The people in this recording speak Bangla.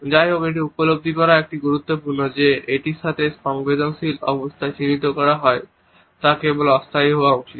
যাই হোক এটি উপলব্ধি করাও গুরুত্বপূর্ণ যে এটির সাথে যে সংবেদনশীল অবস্থা চিহ্নিত করা হয় তা কেবল অস্থায়ী হওয়া উচিত